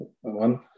one